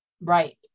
Right